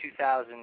2000